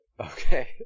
Okay